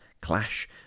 clash